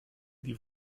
die